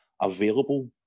available